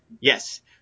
Yes